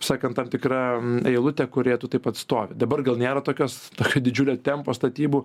sakant tam tikra eilutė kurioje tu taip pat stovi dabar gal nėra tokios tokio didžiulio tempo statybų